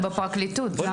זה בפרקליטות.